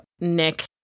Nick